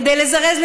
כדי לזרז,